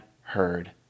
heard